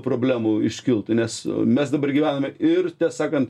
problemų iškiltų nes mes dabar gyvename ir tiesą sakant